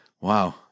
Wow